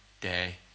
day